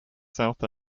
south